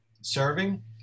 serving